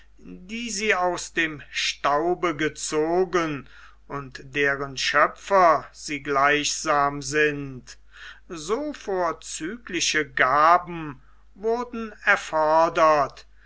die sie aus dem staube gezogen und deren schöpfer sie gleichsam sind so vorzügliche gaben wurden erfordert